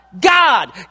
god